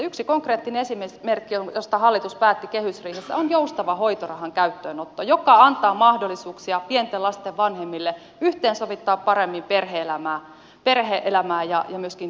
yksi konkreettinen esimerkki josta hallitus päätti kehysriihessä on joustavan hoitorahan käyttöönotto joka antaa mahdollisuuksia pienten lasten vanhemmille yhteensovittaa paremmin perhe elämää ja myöskin työntekoa